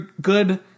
good